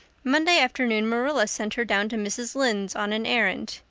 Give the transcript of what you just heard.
monday afternoon marilla sent her down to mrs. lynde's on an errand.